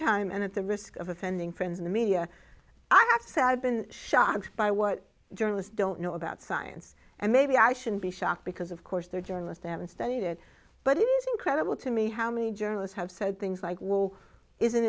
time and at the risk of offending friends in the media i have said i've been shocked by what journalists don't know about science and maybe i shouldn't be shocked because of course there journalist i haven't studied it but it is incredible to me how many journalists have said things like whoa isn't